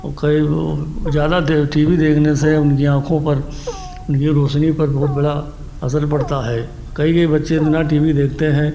और कहीं वह ज़्यादा देर टी वी देखने से उनकी आँखों पर उनकी रोशनी पर बहुत बड़ा असर पड़ता है और कई कई बच्चे इतना टी वी देखते हैं